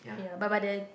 ya but but the